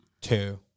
two